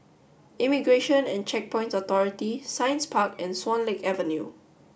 Immigration and Checkpoints Authority Science Park and Swan Lake Avenue